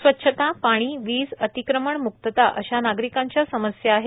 स्वच्छता पाणी वीज अतिक्रमण मुक्तता अशा नागरिकांच्या समस्या आहेत